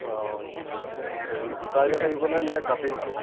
অঁ হেৰি গোটাকৈ লাগিবনে নে কাটি নিব